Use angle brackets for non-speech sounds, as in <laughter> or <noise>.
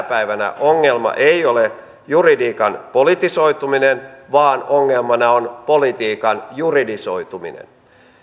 <unintelligible> päivänä ongelma ei ole juridiikan politisoituminen vaan ongelmana on politiikan juridisoituminen